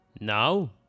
Now